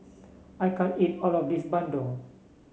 I can't eat all of this Bandung